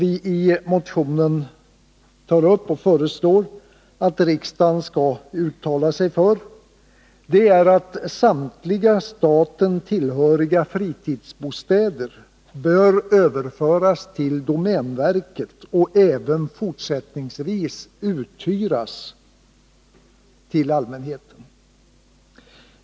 I motionen föreslår vi också att riksdagen skall uttala sig för att samtliga staten tillhöriga fritidsbostäder skall överföras till domänverket och även fortsättningsvis uthyras till allmänheten.